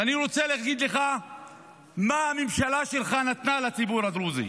ואני רוצה להגיד לך מה הממשלה שלך נתנה לציבור הדרוזי.